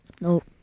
Nope